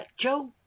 Joe